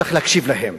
צריך להקשיב להם.